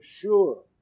sure